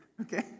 Okay